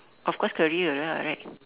of course career lah right